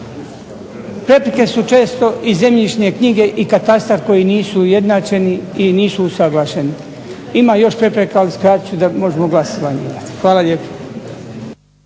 Prepreke su često i zemljišne knjige i katastar koji nisu ujednačeni i nisu ujednačeni. Ima još prepreka ali skratit ću da možemo imati glasovanje. Hvala lijepo.